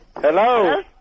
Hello